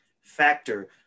factor